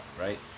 right